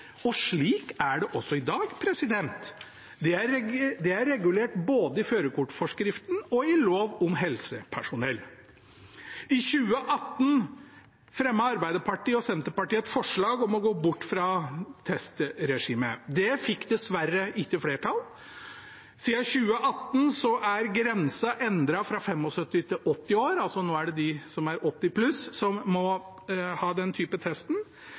og slik er det også i dag. Det er regulert både i førerkortforskriften og i lov om helsepersonell. I 2018 fremmet Arbeiderpartiet og Senterpartiet et forslag om å gå bort fra testregimet. Det fikk dessverre ikke flertall. Siden 2018 er grensen endret fra 75 til 80 år, og nå er det altså dem som er over 80 år, som må ha den type